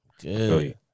Good